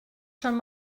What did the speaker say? schon